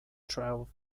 travel